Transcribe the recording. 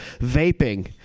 vaping